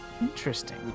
Interesting